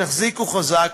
תחזיקו חזק: